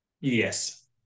Yes